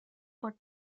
por